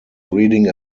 reading